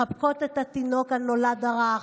מחבקות את התינוק הנולד הרך,